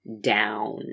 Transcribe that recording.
down